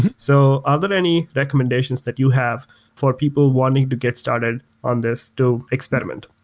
and so are there any recommendations that you have for people wanting to get started on this to experiment?